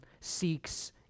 seeks